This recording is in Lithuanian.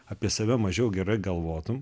apie save mažiau gerai galvotumei